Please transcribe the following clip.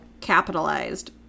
capitalized